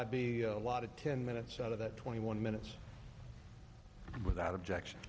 i'd be a lot of ten minutes out of that twenty one minutes without objection